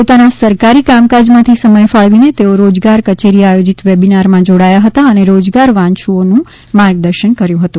પોતાના સરકારી કામકાજ માથી સમય ફાલવી ને તેઓ રોજગાર કચેરી આયોજિત વેબીનાર માં જોડાયા હતા અને રોજગાર વાંચ્છુઓ નું માર્ગદર્શન કર્યું હતું